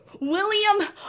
William